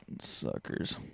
suckers